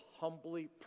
humbly